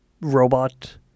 robot